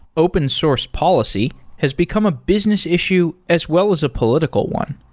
open source policy has become a business issue as well as a political one.